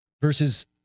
versus